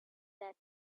that